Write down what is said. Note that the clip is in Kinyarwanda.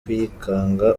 kwikanga